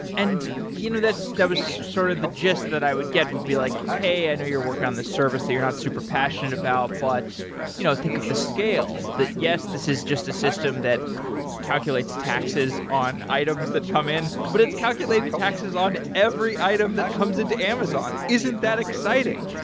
and you know that so that was sort of the gist that i would get would be like, hey, i know you're working on the service that you're not supper passionate about, but you know think of the scale, yes, this is just a system that calculates taxes on items that come in, but it's calculating taxes on every item that comes into amazon. isn't that exciting?